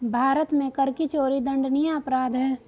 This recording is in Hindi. भारत में कर की चोरी दंडनीय अपराध है